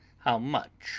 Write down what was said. how much